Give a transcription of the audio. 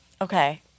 Okay